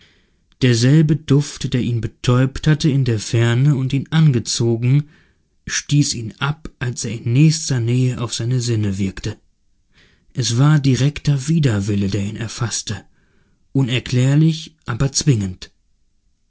derselbe duft der ihn betäubt hatte in der ferne und ihn angezogen stieß ihn ab als er in nächster nähe auf seine sinne wirkte es war direkter widerwille der ihn erfaßte unerklärlich aber zwingend